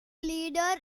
leader